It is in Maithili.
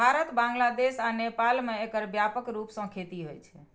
भारत, बांग्लादेश आ नेपाल मे एकर व्यापक रूप सं खेती होइ छै